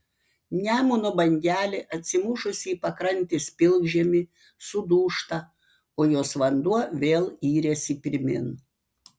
nemuno bangelė atsimušusi į pakrantės pilkžemį sudūžta o jos vanduo vėl iriasi pirmyn